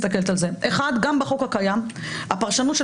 מספיק שאחד מגיע, תוסיפי את החזקה וזה יקל.